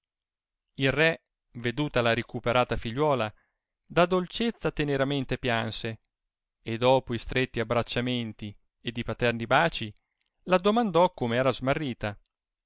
il re veduta la ricuperata figliuola da dolcezza teneramente pianse e doppo i stretti abbracciamenti ed i paterni baci l addomandò come era smarrita